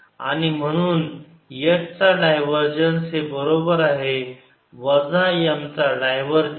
आणि म्हणून H चा डायवरजन्स हे बरोबर आहे वजा M चा डायवरजन्स